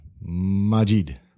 Majid